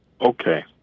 Okay